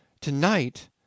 tonight